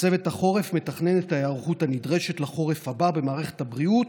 וצוות החורף מתכנן את ההיערכות הנדרשת לחורף הבא במערכת הבריאות